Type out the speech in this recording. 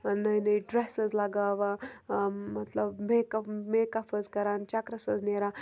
نٔے نٔے ڈرٛٮ۪س حظ لَگاوان مطلب میکَپ میکَف حظ کَران چکرَس حظ نیران